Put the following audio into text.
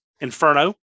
Inferno